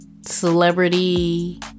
Celebrity